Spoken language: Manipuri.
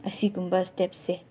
ꯑꯁꯤꯒꯨꯝꯕ ꯏꯁꯇꯦꯞꯁꯦ